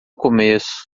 começo